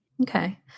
Okay